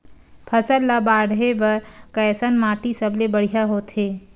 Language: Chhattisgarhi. फसल ला बाढ़े बर कैसन माटी सबले बढ़िया होथे?